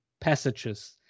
passages